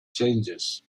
changes